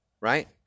right